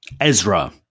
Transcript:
ezra